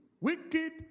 Wicked